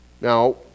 Now